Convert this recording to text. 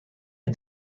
est